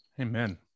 Amen